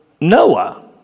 Noah